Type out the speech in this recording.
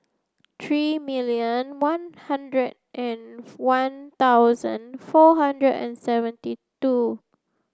thirty million one hundred and one thousand four hundred and seventy two